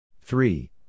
three